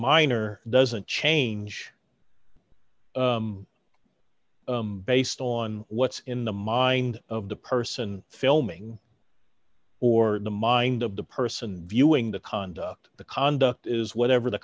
minor doesn't change based on what's in the mind of the person filming or the mind of the person viewing the conduct the conduct is whatever the